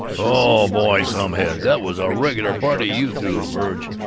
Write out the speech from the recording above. oh, boy! some head! that was a regular party you threw, verg!